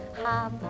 hop